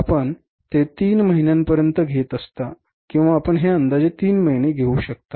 आपण ते तीन महिन्यांपर्यंत घेत असता किंवा आपण हे अंदाजे 3 महिने घेऊ शकता